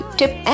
tip